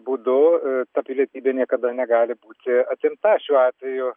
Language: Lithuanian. būdu ta pilietybė niekada negali būti atimta šiuo atveju